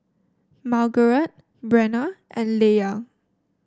Margarette Brenna and Leia